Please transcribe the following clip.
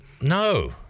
No